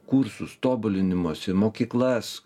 kursus tobulinimosi mokyklas